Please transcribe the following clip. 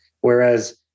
Whereas